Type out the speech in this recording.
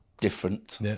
different